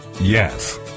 Yes